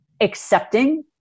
accepting